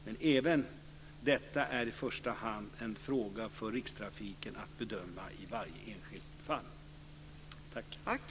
Men även detta är i första hand en fråga för Rikstrafiken att bedöma i varje enskilt fall.